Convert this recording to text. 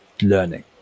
learning